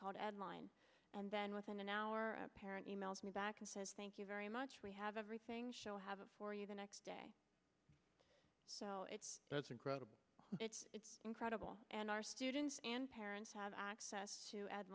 called add line and then within an hour a parent emails me back and says thank you very much we have everything show have a for you the next day that's incredible it's incredible and our students and parents have access to ad